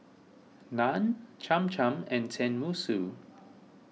Naan Cham Cham and Tenmusu